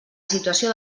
situació